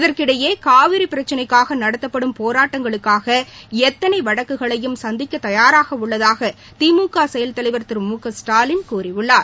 இதற்கிடையே காவிரி பிரச்சினைக்காக நடத்தப்படும் போராட்டங்களுக்காக எத்தனை வழக்குகளையும் சந்திக்க தயாராக உள்ளதாக திமுக செயல்தலைவர் திரு மு க ஸ்டாலின் கூறியுள்ளார்